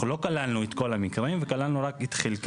אנחנו לא כללנו את כל המקרים, כללנו רק את חלקם.